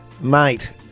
Mate